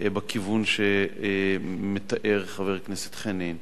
בכיוון שמתאר חבר הכנסת חנין.